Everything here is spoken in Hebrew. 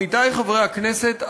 עמיתי חברי הכנסת,